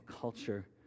culture